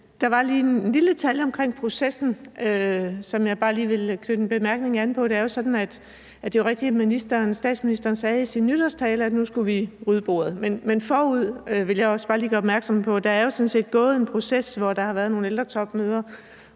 Der var lige en lille detalje omkring processen, som jeg bare lige vil knytte en bemærkning til. Det er jo rigtigt, at statsministeren sagde i sin nytårstale, at vi nu skulle rydde bordet, men forud for det, vil jeg bare lige gøre opmærksom på, har der jo sådan set været en proces, hvor der har været nogle ældretopmøder,